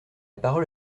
parole